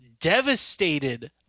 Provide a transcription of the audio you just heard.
devastated